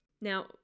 Now